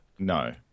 No